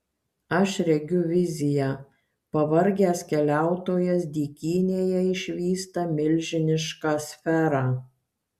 aš regiu viziją pavargęs keliautojas dykynėje išvysta milžinišką sferą